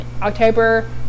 october